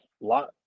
lot